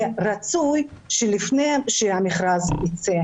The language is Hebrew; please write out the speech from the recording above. רצוי שלפני שהמכרז יצא,